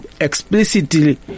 explicitly